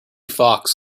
fox